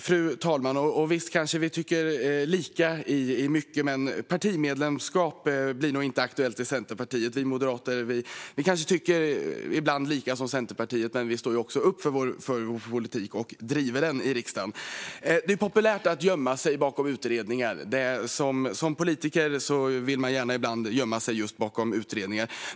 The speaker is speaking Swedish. Fru talman! Visst, vi kanske tycker lika i mycket, men medlemskap i Centerpartiet blir nog inte aktuellt. Vi moderater tycker ibland lika som Centerpartiet, men vi står också upp för vår politik och driver den i riksdagen. Det är populärt att gömma sig bakom utredningar. Som politiker vill man gärna göra det ibland.